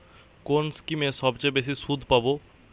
কোন স্কিমে সবচেয়ে বেশি সুদ পাব?